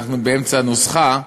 אנחנו באמצע נוסחה,